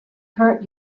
hurt